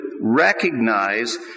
recognize